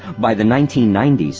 by the nineteen ninety s,